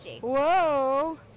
Whoa